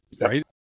right